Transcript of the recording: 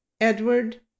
Edward